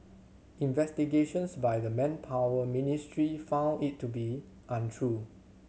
investigations by the Manpower Ministry found it to be untrue